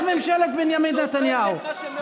דרך ממשלת בנימין נתניהו.